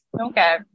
okay